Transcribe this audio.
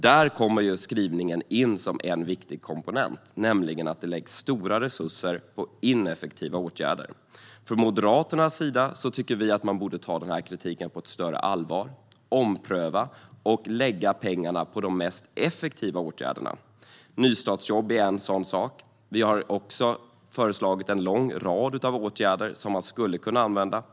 Där kommer skrivningen in som en viktig komponent, nämligen att det läggs stora resurser på ineffektiva åtgärder. Från Moderaternas sida tycker vi att man borde ta denna kritik på större allvar, ompröva och lägga pengarna på de mest effektiva åtgärderna. Nystartsjobb är en sådan sak. Vi har också föreslagit en lång rad åtgärder som skulle kunna vidtas.